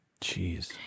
Jeez